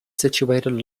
situated